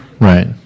Right